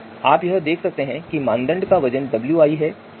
तो आप यहां देख सकते हैं कि मानदंड का वजन wi है